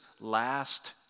last